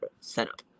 setup